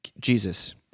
Jesus